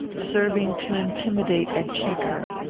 serving to intimidate and check her.